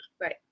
Right